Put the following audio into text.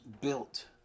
built